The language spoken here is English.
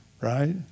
right